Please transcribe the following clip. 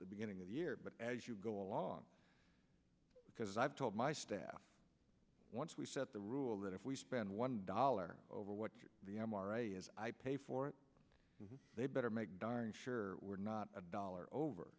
the beginning of the year but as you go along because i've told my staff once we set the rule that if we spend one dollar over what the m r a is i pay for it and they better make darn sure we're not a dollar over